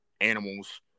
animals